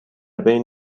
بین